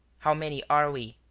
how many are we?